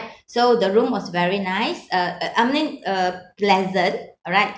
so the room was very nice uh uh I mean uh pleasant alright